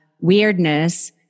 weirdness